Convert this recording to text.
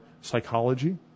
psychology